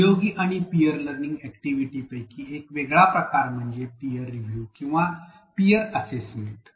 सहयोगी आणि peer learning activity पैकी एक वेगळा प्रकार म्हणजे पीयर रिव्ह्यू किंवा पीयर असेसमेंट